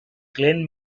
glenn